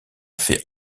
fait